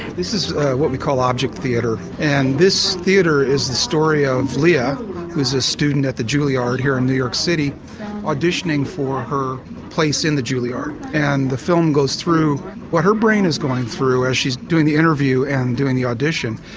this is what we call object theatre, and this theatre is the story of leah who's a student at the juilliard here in new york city auditioning for her place in the juilliard. and the film goes through what her brain is going through as she's doing the interview and doing the audition.